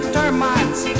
termites